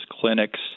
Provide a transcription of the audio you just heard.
clinics